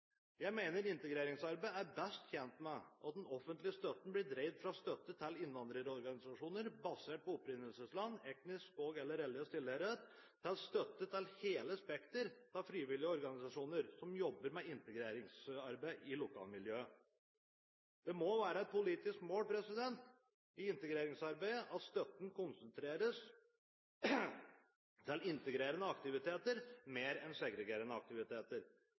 Jeg mener integreringsarbeidet er best tjent med at den offentlige støtten blir dreid fra støtte til innvandrerorganisasjoner basert på opprinnelsesland, etnisk og/eller religiøs tilhørighet, til støtte til hele spekteret av frivillige organisasjoner som jobber med integreringsarbeid i lokalmiljøet. Det må være et politisk mål i integreringsarbeidet at støtten konsentreres til integrerende aktiviteter mer enn til segregerende aktiviteter.